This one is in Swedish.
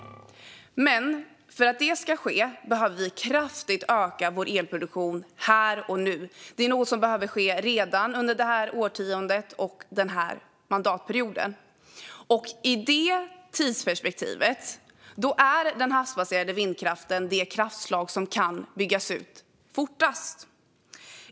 Men för att detta ska ske behöver vi kraftigt öka vår elproduktion här och nu. Det är något som behöver ske redan under det här årtiondet och den här mandatperioden. I det tidsperspektivet är den havsbaserade vindkraften det kraftslag som kan byggas ut fortast.